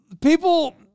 People